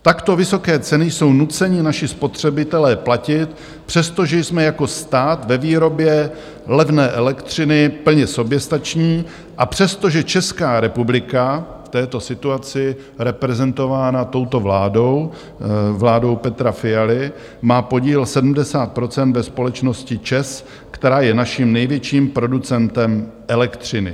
Takto vysoké ceny jsou nuceni naši spotřebitelé platit, přestože jsme jako stát ve výrobě levné elektřiny plně soběstační a přestože Česká republika v této situaci, reprezentována touto vládou, vládou Petra Fialy, má podíl 70 % ve společnosti ČEZ, která je naším největším producentem elektřiny.